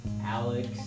Alex